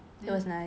that was nice